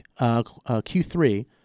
Q3